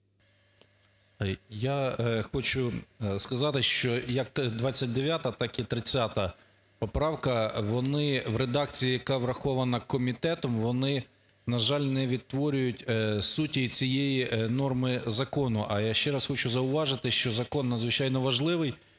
Я хочу сказати, що як 29-а, так і 30 поправка, вони в редакції, яка врахована комітетом, вони, на жаль, не відтворюють суті цієї норми закону. А я ще раз хочу зауважити, що закон надзвичайно важливий,